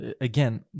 again